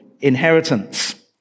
inheritance